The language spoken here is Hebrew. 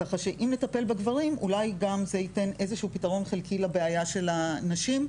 ככה שאם נטפל בגברים אולי גם זה ייתן איזשהו פתרון חלקי לבעיה של הנשים,